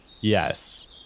yes